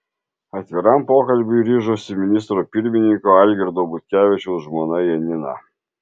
atviram pokalbiui ryžosi ministro pirmininko algirdo butkevičiaus žmona janina